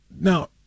Now